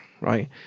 right